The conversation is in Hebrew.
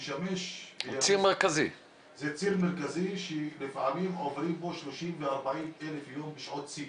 זה ציר מרכזי שלפעמים עוברים בו 30,000 ו-40,000 בשעות שיא.